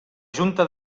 junta